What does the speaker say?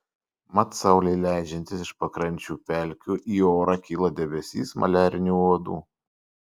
mat saulei leidžiantis iš pakrančių pelkių į orą kyla debesys maliarinių uodų